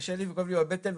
וכואבת לי הבטן,